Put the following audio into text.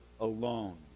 alone